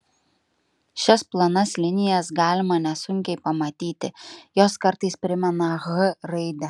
šias plonas linijas galima nesunkiai pamatyti jos kartais primena h raidę